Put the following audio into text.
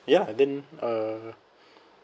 ya then uh